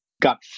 Got